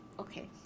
Okay